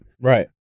Right